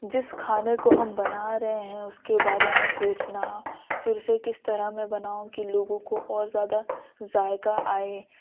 جس کھانے کو ہم بنا رہے ہیں اس کے بارے میں سوچنا پھر اسے کس طرح میں بناؤں کہ لوگوں کو اور زیادہ ذائقہ آئے